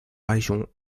région